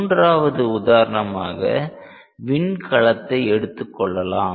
மூன்றாவது உதாரணமாக விண்கலத்தை எடுத்துக்கொள்ளலாம்